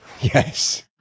Yes